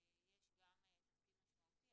יש גם תפקיד משמעותי.